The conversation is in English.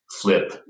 flip